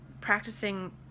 practicing